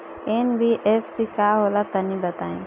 NBFC का होला तनि बताई?